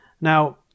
Now